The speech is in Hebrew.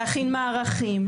להכין מערכים,